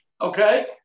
Okay